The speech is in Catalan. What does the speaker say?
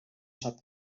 sap